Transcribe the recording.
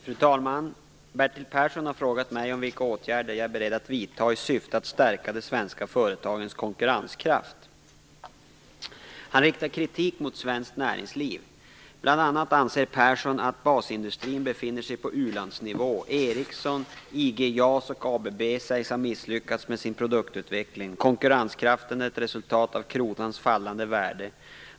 Fru talman! Bertil Persson har frågat mig vilka åtgärder jag är beredd att vidta i syfte att stärka de svenska företagens konkurrenskraft. Bertil Persson riktar kritik mot svenskt näringsliv. Bl.a. anser han att basindustrin befinner sig på ulandsnivå. Ericsson, IG, JAS och ABB sägs ha misslyckats med sin produktutveckling. Konkurrenskraften är ett resultat av kronans fallande värde.